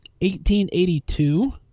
1882